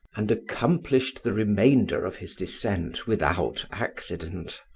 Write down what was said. and accomplished the remainder of his descent without accident.